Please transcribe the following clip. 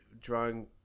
drawing